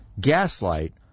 Gaslight